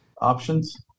options